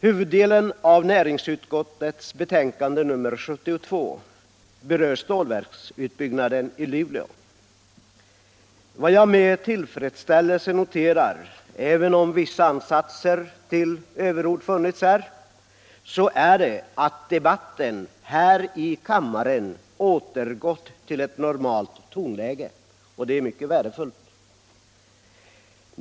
Huvuddelen av näringsutskottets betänkande nr 72 berör stålverksutbyggnaden i Luleå. Vad jag med tillfredsställelse noterar, även om vissa ansatser till överord funnits här, är att debatten i kammaren återgått till ett normalt tonläge. Detta är mycket värdefullt.